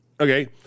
okay